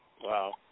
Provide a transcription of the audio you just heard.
Wow